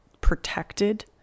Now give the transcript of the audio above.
protected